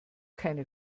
keine